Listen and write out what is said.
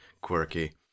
quirky